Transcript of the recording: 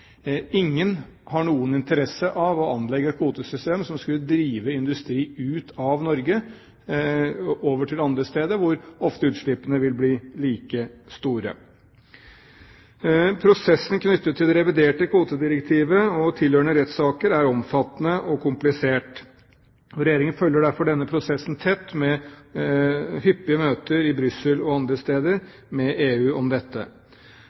Ingen har noen interesse av å anlegge et kvotesystem som vil drive industri ut av Norge over til andre steder hvor utslippene ofte vil bli like store. Prosessen knyttet til det reviderte kvotedirektivet og tilhørende rettssaker er omfattende og komplisert. Regjeringen følger derfor denne prosessen tett, med hyppige møter med EU i Brussel og andre steder om dette.